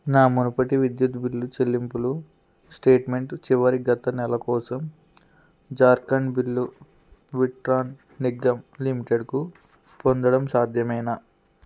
నా మునుపటి విద్యుత్ బిల్లు చెల్లింపులు స్టేట్మెంట్ చివరి గత నెల కోసం జార్ఖండ్ బిల్లు విట్రాన్ నిగమ్ లిమిటెడ్కు పొందడం సాధ్యమేనా